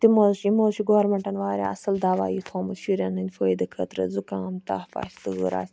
تمو حظ چھُ یِمو حظ چھُ گورمنٹَن واریاہ اَصل دَوا یہِ تھوومُت شُرٮ۪ن ہِنٛدِ فٲیدٕ خٲطرٕ زُکام تَپھ آسہِ تۭر آسہِ